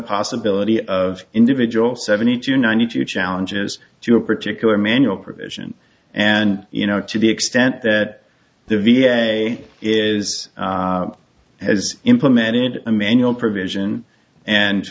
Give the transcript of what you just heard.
possibility of individual seventy two ninety two challenges to a particular manual provision and you know to the extent that the v a is has implemented a manual provision and